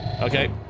Okay